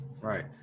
Right